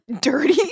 dirty